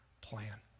plan